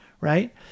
right